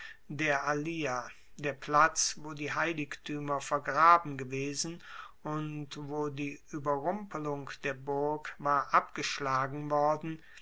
der allia der platz wo die heiligtuemer vergraben gewesen und wo die ueberrumpelung der burg war abgeschlagen worden